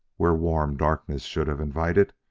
where warm darkness should have invited,